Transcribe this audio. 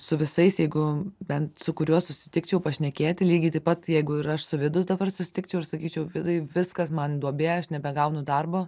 su visais jeigu bent su kuriuo susitikčiau pašnekėti lygiai taip pat jeigu ir aš su vidu dabar susitikčiau ir sakyčiau vidai viskas man duobė aš nebegaunu darbo